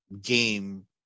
game